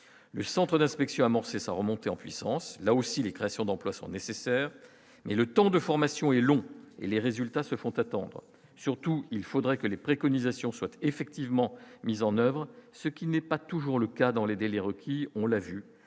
le Centre d'inspection amorcé sa remontée en puissance, là aussi, les créations d'emplois sont nécessaires, mais le temps de formation est longue et les résultats se font attendre, surtout, il faudrait que les préconisations soient effectivement mises en oeuvre, ce qui n'est pas toujours le cas dans les délais requis, on l'a vu